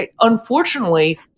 unfortunately